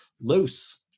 loose